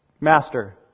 master